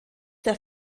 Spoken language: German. der